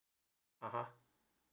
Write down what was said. (uh huh)